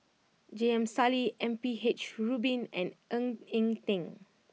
J M Sali M P H Rubin and Ng Eng Teng